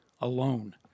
alone